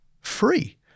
free